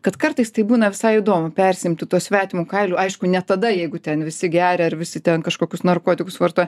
kad kartais tai būna visai įdomu persiimti tuo svetimu kailiu aišku ne tada jeigu ten visi geria ar visi ten kažkokius narkotikus vartoja